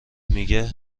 میگه